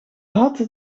had